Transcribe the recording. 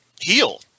heal